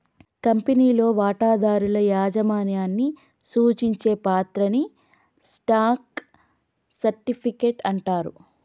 కంపెనీలో వాటాదారుల యాజమాన్యాన్ని సూచించే పత్రాన్ని స్టాక్ సర్టిఫికెట్ అంటారు